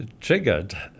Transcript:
triggered